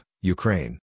Ukraine